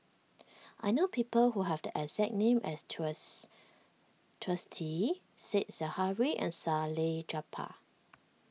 I know people who have the exact name as Twiss Twisstii Said Zahari and Salleh Japar